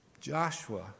Joshua